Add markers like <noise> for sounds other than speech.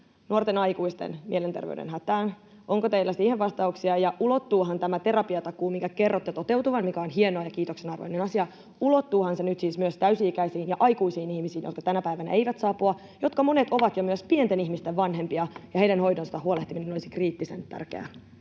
nuorten aikuisten mielenter-veyden hätään? Onko teillä siihen vastauksia? Ja ulottuuhan tämä terapiatakuu — minkä kerrotte toteutuvan, mikä on hieno ja kiitoksen arvoinen asia — myös täysi-ikäisiin ja aikuisiin ihmisiin, jotka tänä päivänä eivät saa apua <noise> ja jotka monet ovat myös pienten ihmisten vanhempia? Heidän hoidostaan huolehtiminen olisi kriittisen tärkeää.